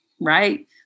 right